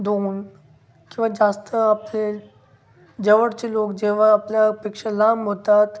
दधन किंवा जास्त आपले जवळचे लोक जेव्हा आपल्यापेक्षा लांब होतात